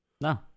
No